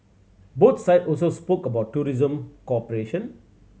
both side also spoke about tourism cooperation